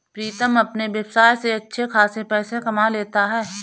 प्रीतम अपने व्यवसाय से अच्छे खासे पैसे कमा लेता है